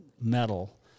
metal